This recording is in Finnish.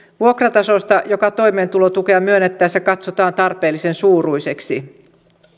vuokratasosta joka toimeentulotukea myönnettäessä katsotaan tarpeellisen suuruiseksi